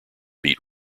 beat